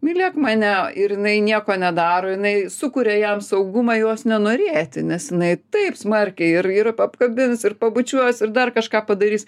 mylėk mane ir jinai nieko nedaro jinai sukuria jam saugumą jos nenorėti nes jinai taip smarkiai ir ir apkabins ir pabučiuos ir dar kažką padarys